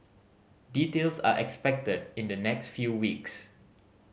details are expected in the next few weeks